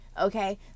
okay